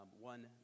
One